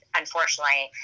unfortunately